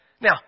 Now